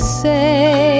say